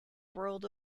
world